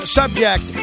subject